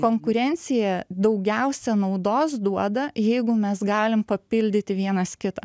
konkurencija daugiausia naudos duoda jeigu mes galim papildyti vienas kitą